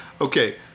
okay